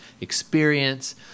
experience